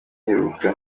iheruka